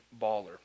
baller